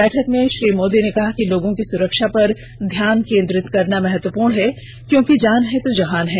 बैठक में श्री मोदी ने कहा कि लोगों की सुरक्षा पर ध्यान केन्द्रित करना महत्वपूर्ण है क्योंकि जान है तो जहान है